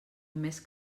més